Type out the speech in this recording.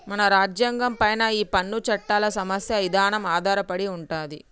మన రాజ్యంగం పైనే ఈ పన్ను చట్టాల సమస్య ఇదానం ఆధారపడి ఉంటది